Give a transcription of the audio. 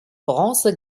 bronze